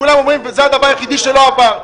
כולם שואלים, וזה הדבר היחיד שלא עבר.